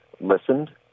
listened